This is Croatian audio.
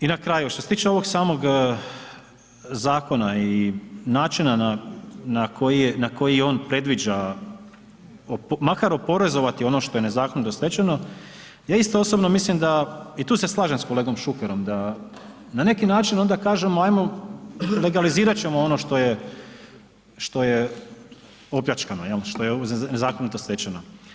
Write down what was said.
I na kraju, što se tiče ovog samog zakona i načina na koji on predviđa makar oporezovati ono što je nezakonito stečeno, ja isto osobno mislim da, i tu se slažem s kolegom Šukerom, da na neki način onda kažemo ajmo legalizirat ćemo ono što je opljačkano jel, što je nezakonito stečeno.